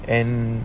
and